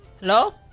Hello